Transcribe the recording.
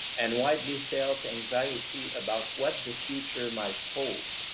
and widely-felt anxiety about what the future might hold,